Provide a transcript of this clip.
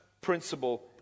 principle